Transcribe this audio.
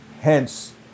Hence